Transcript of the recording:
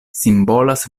simbolas